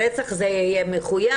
ברצח זה יהיה מחויב,